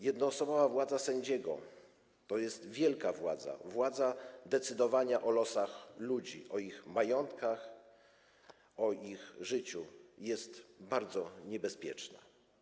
Jednoosobowa władza sędziego to jest wielka władza, władza decydowania o losach ludzi, o ich majątkach, o ich życiu, i jest bardzo niebezpieczna.